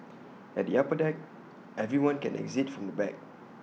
at the upper deck everyone can exit from the back